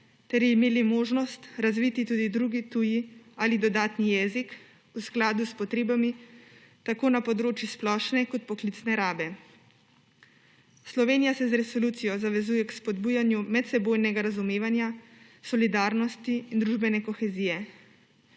ter imeli možnost razviti tudi drugi tuji ali dodatni jezik, v skladu s potrebami, tako na področju splošne, kot poklicne rabe. Slovenija se z resolucijo zavezuje k spodbujanju medsebojnega razumevanja, solidarnosti in družbene kohezije.